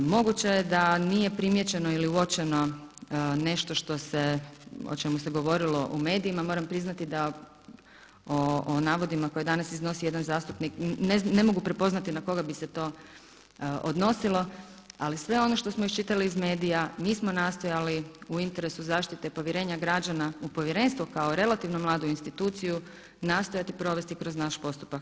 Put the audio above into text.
Moguće je da nije primijećeno ili uočeno nešto što se o čemu se govorilo u medijima, moram priznati da o navodima koje je danas iznosio jedan zastupnik ne mogu prepoznati na koga bi se to odnosilo, ali sve ono što smo iščitali iz medija mi smo nastojali u interesu zaštite povjerenja građana u povjerenstvu kao relativno mladu instituciju, nastojati provesti kroz naš postupak.